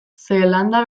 zeelanda